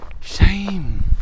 Shame